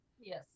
Yes